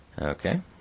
Okay